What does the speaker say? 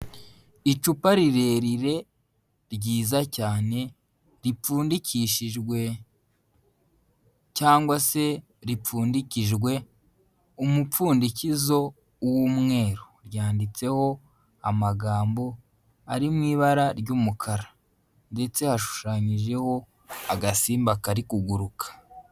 Icupa rirerire ryiza cyane ripfundikishijwe cyangwa se ripfundikijwe umupfundikizo w'umweru. Ryanditseho amagambo ari mu ibara ry'umukara. Ndetse hashushanyijeho agasimba kari kuguruka.